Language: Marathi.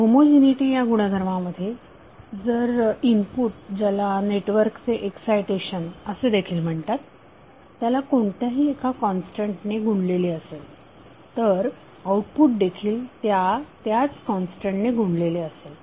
होमोजिनीटी या गुणधर्मामध्ये जर इनपुट ज्याला नेटवर्कचे एक्सायटेशन असे देखील म्हणतात त्याला कोणत्याही एका कॉन्स्टंट ने गुणलेले असेल तर आउटपुट देखील त्या त्याच कॉन्स्टंटने गुणलेले असेल